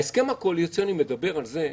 ההסכם הקואליציוני מדבר על זה,